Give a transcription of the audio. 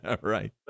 Right